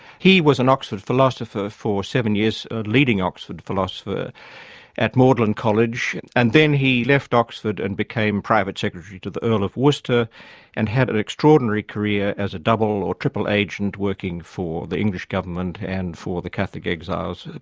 he was an oxford philosopher for seven years, a leading oxford philosopher at magdalen college and then he left oxford and became private secretary to the earl of worcester and had an extraordinary career as a double or triple agent working for the english government and for the catholic exiles,